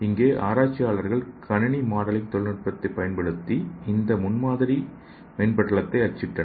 இங்கே ஆராய்ச்சியாளர்கள் கணினி மாடலிங் தொழில்நுட்பத்தைப் பயன்படுத்தி இந்த முன்மாதிரி மென்படலத்தை அச்சிட்டனர்